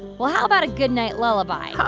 well, how about a goodnight lullaby?